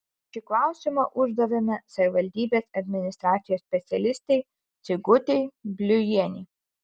šį klausimą uždavėme savivaldybės administracijos specialistei sigutei bliujienei